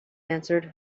answered